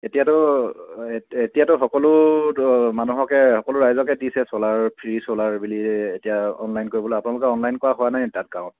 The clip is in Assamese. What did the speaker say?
এতিয়াতো এতিয়াতো সকলো মানুহকে সকলো ৰাইজকে দিছে চ'লাৰ ফ্ৰী চ'লাৰ বুলি এতিয়া অনলাইন কৰিবলৈ আপোনালোকে অনলাইন কৰা হোৱা নাই তাত গাঁৱত